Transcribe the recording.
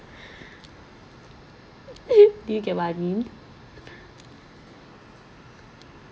you get what I mean